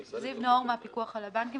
אני מהפיקוח על הבנקים,